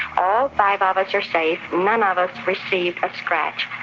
all five of us are safe, none of us received a scratch.